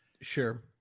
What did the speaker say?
Sure